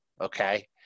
Okay